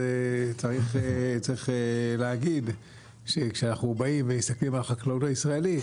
צריך להגיד שכאשר אנחנו מסתכלים על החקלאות הישראלית